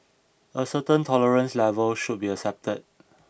a certain tolerance level should be accepted